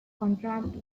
contract